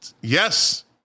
Yes